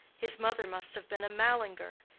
his mother must have been a mallinger,